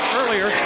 earlier